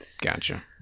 Gotcha